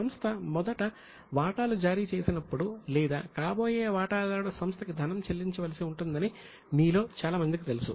సంస్థ మొదట వాటాలు జారీ చేసినప్పుడు వాటాదారుడు లేదా కాబోయే వాటాదారుడు సంస్థకి ధనం చెల్లించవలసి ఉంటుందని మీలో చాలా మందికి తెలుసు